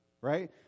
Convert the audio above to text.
right